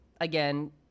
again